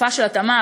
לתקופה של התאמה,